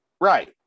Right